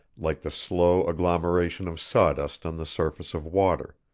like the slow agglomeration of sawdust on the surface of water,